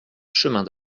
chemin